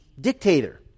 dictator